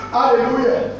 Hallelujah